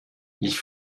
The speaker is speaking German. ich